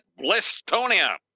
Blistonia